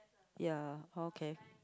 ya okay